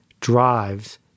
drives